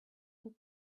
who